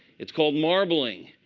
it's called marbling.